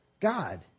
God